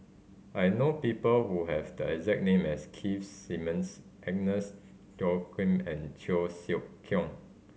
I know people who have the exact name as Keith Simmons Agnes Joaquim and Cheo Siew Keong